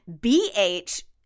B-H